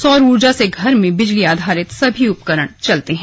सौर ऊर्जा से घर में बिजली आधारित सभी उपकरण चलते हैं